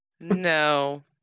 No